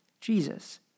Jesus